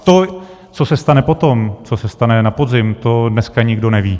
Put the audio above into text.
To, co se stane potom, co se stane na podzim, to dneska nikdo neví.